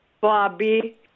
Bobby